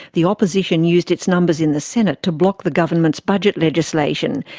the opposition used its numbers in the senate to block the government's budget legislation,